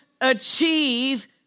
achieve